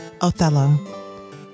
Othello